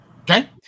Okay